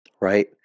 right